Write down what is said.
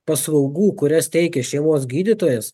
paslaugų kurias teikia šeimos gydytojas